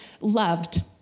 loved